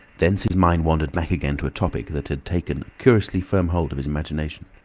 thence his mind wandered back again to a topic that had taken a curiously firm hold of his imagination.